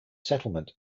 settlement